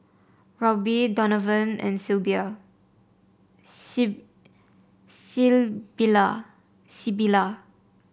Roby Donovan and Sybilla